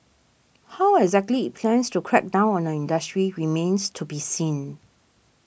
how exactly it plans to crack down on the industry remains to be seen